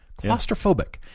Claustrophobic